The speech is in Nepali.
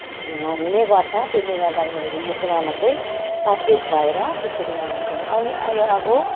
हुनेगर्छ त्यसले गर्दा उनीहरू यो कुरामा चाहिँ सचेत भएर त्यसरी मनाउँछन् अनि आयो अब